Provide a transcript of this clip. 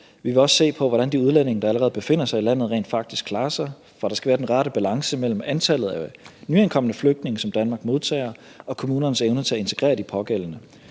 Vi vil også se på, hvordan de udlændinge, der allerede befinder sig i landet, rent faktisk klarer sig, for der skal være den rette balance mellem antallet af nyankomne flygtninge, som Danmark modtager, og kommunernes evne til at integrere de pågældende.